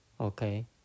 Okay